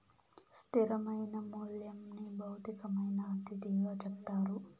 స్థిరమైన మూల్యంని భౌతికమైన అతిథిగా చెప్తారు